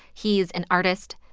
he is an artist.